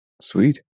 Sweet